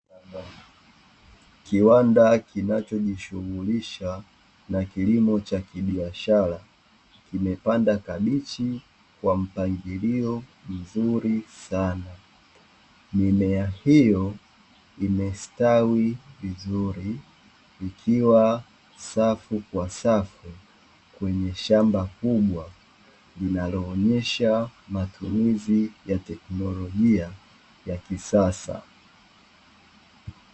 Kiwanda kinachojishughulisha na kilimo cha kibiashara, kimepanda kabichi kwa mpangilio mzuri sana. Mimea hiyo imestawi vizuri ikiwa safu kwa safu, kwenye shamba kubwa linaloonyesha matumizi ya teknolojia ya kisasa.